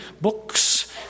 books